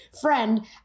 friend